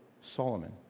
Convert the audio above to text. Solomon